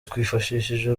twifashishije